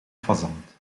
fazant